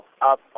up